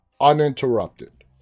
uninterrupted